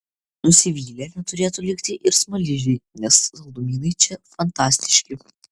nusivylę neturėtų likti ir smaližiai nes saldumynai čia fantastiški